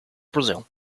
brazil